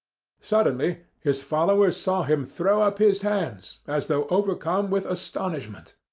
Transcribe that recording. suddenly his followers saw him throw up his hands, as though overcome with astonishment,